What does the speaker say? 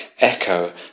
echo